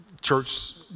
church